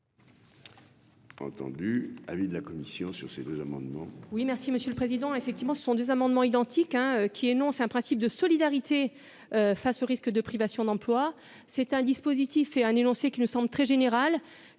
Entendu, avis de la commission sur ces deux amendements. Oui, merci Monsieur le Président, effectivement, ce sont des amendements identiques, hein, qui est non, c'est un principe de solidarité face au risque de privation d'emploi c'est un dispositif et un énoncé qui me semble très général,